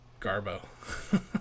Garbo